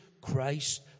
Christ